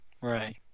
right